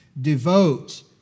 devote